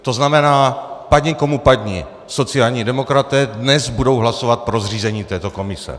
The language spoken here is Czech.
To znamená, padni komu padni, sociální demokraté dnes budou hlasovat pro zřízení této komise.